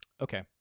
Okay